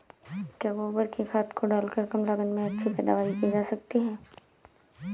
क्या गोबर की खाद को डालकर कम लागत में अच्छी पैदावारी की जा सकती है?